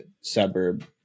suburb